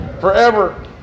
Forever